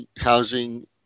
housing –